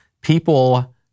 people